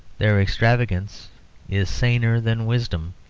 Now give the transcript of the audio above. their extravagance is saner than wisdom,